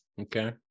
Okay